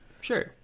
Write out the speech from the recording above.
Sure